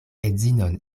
edzinon